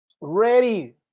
ready